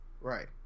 Right